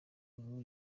ubu